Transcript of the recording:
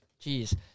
Jeez